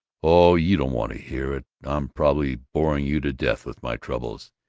oh, you don't want to hear it. i'm probably boring you to death with my troubles!